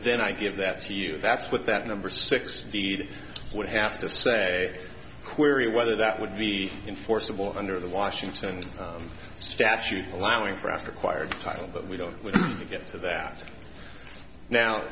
then i give that to you that's what that number six deed would have to say query whether that would be enforceable under the washington statute allowing for after choir title but we don't get to that now